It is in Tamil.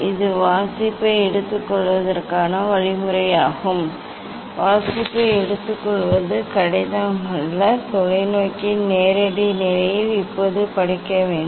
இது வாசிப்பை எடுத்துக்கொள்வதற்கான வழிமுறையாகும் வாசிப்பை எடுத்துக்கொள்வது கடினம் அல்ல தொலைநோக்கியின் நேரடி நிலையில் இப்போது படிக்க வேண்டும்